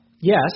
Yes